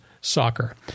soccer